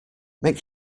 make